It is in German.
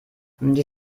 die